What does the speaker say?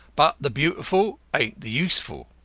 but the beautiful ain't the useful.